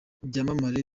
byamamare